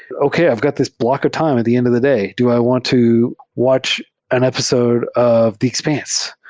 okay. i've got this block of time at the end of the day. do i want to watch an episode of the expanse,